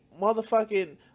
motherfucking